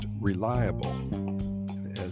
reliable